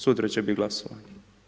Sutra će biti glasovanje.